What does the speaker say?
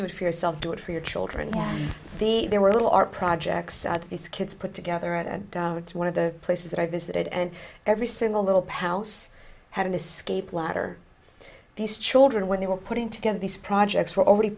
do it for yourself do it for your children be there were little art projects that these kids put together and one of the places that i visited and every single little pouch had an escape ladder these children when they were putting together these projects were already